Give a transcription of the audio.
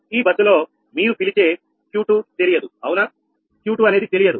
ఈ బస్సులో మీరు పిలిచే Q2 Q2 తెలియదు అవునా Q2 అనేది తెలియదు